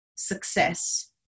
success